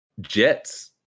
Jets